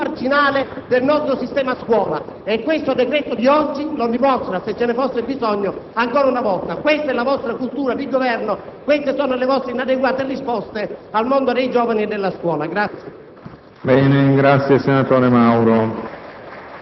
Ancora una volta gli alunni sono il punto più marginale del nostro sistema scuola e il decreto di oggi lo dimostra - se ce ne fosse bisogno - nuovamente. Questa è la vostra cultura di Governo, queste sono le vostre inadeguate risposte al mondo dei giovani e della scuola.